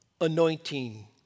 anointing